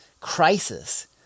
crisis